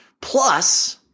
Plus